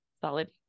Solid